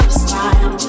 smile